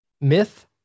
Myth